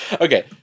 Okay